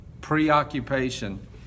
preoccupation